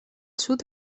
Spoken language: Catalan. sud